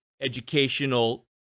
educational